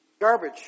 Garbage